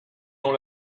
dans